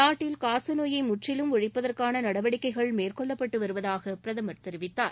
நாட்டில் காசநோயை முற்றிலும் ஒழிப்பதற்கான நடவடிக்கைகள் மேற்கொள்ளப்பட்டு வருவதாக பிரதமா் தெரிவித்தார்